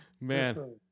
Man